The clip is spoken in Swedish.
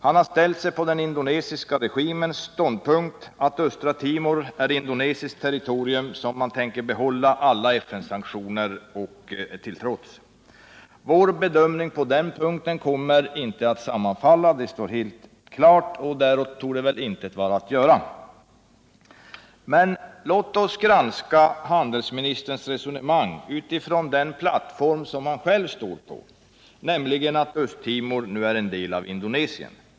Han har antagit den indone siska regimens ståndpunkt, att Östra Timor är indonesiskt territorium som man tänker behålla, alla FN-sanktioner till trots. Våra bedömningar på den punkten kommer inte att sammanfalla — det står helt klart — och däråt torde intet vara att göra. Låt oss granska handelsministerns resonemang ifrån den plattform han står på, nämligen att Östra Timor nu är en del av Indonesien.